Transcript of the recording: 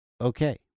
okay